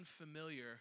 unfamiliar